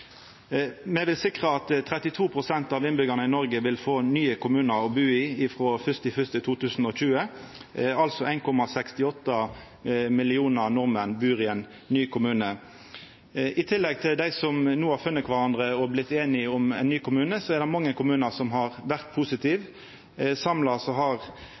Me vil sikra at 32 pst. av innbyggjarane i Noreg vil få nye kommunar å bu i frå 1. januar 2020, 1,68 millionar nordmenn vil då bu i ein ny kommune. I tillegg til dei som no har funne kvarandre og vorte einige om ein ny kommune, er det mange kommunar som har vore positive. Samla har